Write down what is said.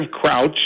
crouch